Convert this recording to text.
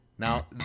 Now